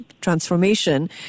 transformation